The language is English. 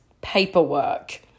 paperwork